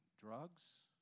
drugs